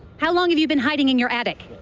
how long have you been hiding in your attic